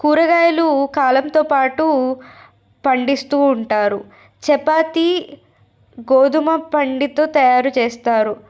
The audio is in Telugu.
కూరగాయలు కాలంతో పాటు పండిస్తూ ఉంటారు చపాతి గోధుమ పిండితో తయారు చేస్తారు